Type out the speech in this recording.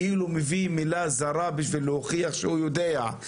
כאילו הוא מביא מילה זרה בשביל להוכיח שהוא יודע.